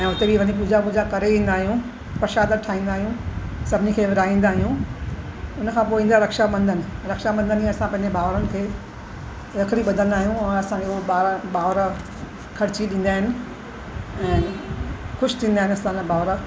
ऐं हुते बि वञी पूजा वूजा करे ईंदा आहियूं प्रशाद ठाहींदा आहियूं सभिनी खे विराईंदा आहियूं हुन खां पो ईंदो आहे रक्षाबंधन रंक्षाबंधन में असां पंहिंजे भाउरनि खे रखड़ी ॿधंदा आहियूं ऐं असांजो उहे भाउर भाउर खर्ची ॾींदा आहिनि ऐं ख़ुशि थींदा आहिनि असांजा भाउर